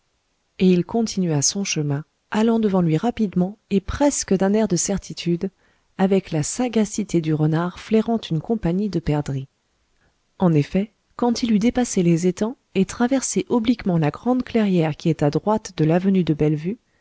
et il continua son chemin allant devant lui rapidement et presque d'un air de certitude avec la sagacité du renard flairant une compagnie de perdrix en effet quand il eut dépassé les étangs et traversé obliquement la grande clairière qui est à droite de l'avenue de bellevue